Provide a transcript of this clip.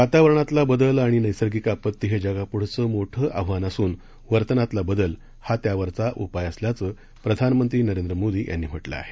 वातावरणातला बदल आणि नैसर्गिक आपत्ती हे जगापुढचे मोठं आव्हान असून वर्तनातला बदल हा त्यावरचा उपाय असल्याचं प्रधानमंत्री नरेंद्र मोदी यांनी म्हटलं आहे